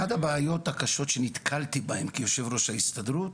אחת הבעיות הקשות שנתקלתי בהן כיושב ראש ההסתדרות